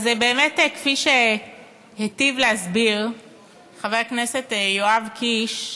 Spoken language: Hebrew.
אז באמת, כפי שהיטיב להסביר חבר הכנסתי יואב קיש,